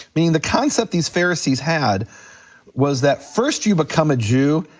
mean, the concept these pharisees had was that first you become a jew,